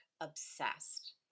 obsessed